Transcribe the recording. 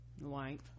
White